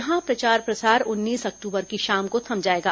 यहां प्रचार प्रसार उन्नीस अक्टूबर की शाम को थम जाएगा